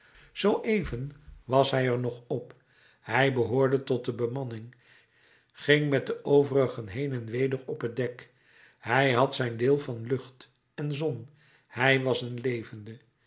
zooeven was hij er nog op hij behoorde tot de bemanning ging met de overigen heen en weder op het dek hij had zijn deel van lucht en zon hij was een levende